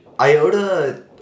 IOTA